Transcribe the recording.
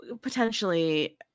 potentially